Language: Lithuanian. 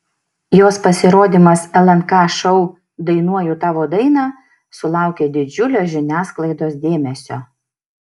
jos pasirodymas lnk šou dainuoju tavo dainą sulaukė didžiulio žiniasklaidos dėmesio